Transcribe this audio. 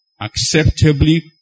acceptably